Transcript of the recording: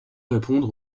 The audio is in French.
répondre